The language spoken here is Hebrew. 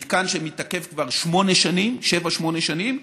מתקן שמתעכב כבר שבע-שמונה שנים,